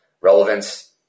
Relevance